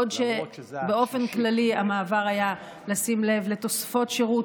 למרות שבאופן כללי המעבר היה לשים לב לתוספות שירות